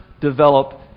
develop